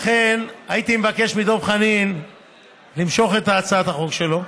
לכן, הייתי מבקש מדב חנין למשוך את הצעת החוק שלו,